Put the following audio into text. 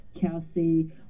Kelsey